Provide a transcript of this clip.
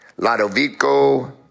Ladovico